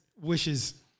wishes